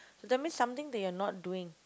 that means something that you are not doing